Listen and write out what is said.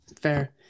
Fair